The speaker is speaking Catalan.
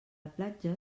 platja